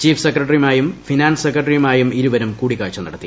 chief സെക്രട്ടറിയുമായും finance സെക്രട്ടറിയുമായും ഇരുവരും കൂടിക്കാഴ്ച നടത്തി